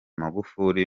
magufuli